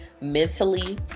mentally